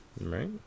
Right